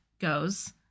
goes